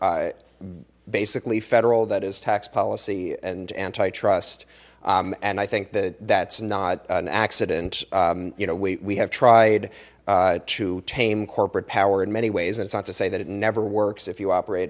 are basically federal that is tax policy and antitrust and i think that that's not an accident you know we we have tried to tame corporate power in many ways and it's not to say that it never works if you operate